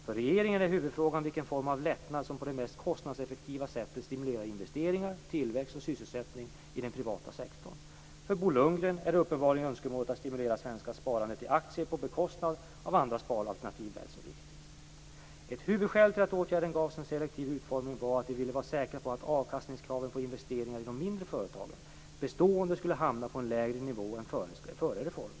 För regeringen är huvudfrågan vilken form av lättnad som på det mest kostnadseffektiva sättet stimulerar investeringar, tillväxt och sysselsättning i den privata sektorn. För Bo Lundgren är uppenbarligen önskemålet att stimulera svenskars sparande i aktier på bekostnad av andra sparalternativ väl så viktigt. Ett huvudskäl till att åtgärden gavs en selektiv utformning var att vi ville vara säkra på att avkastningskraven på investeringar i de mindre företagen bestående skulle hamna på en lägre nivå än före reformen.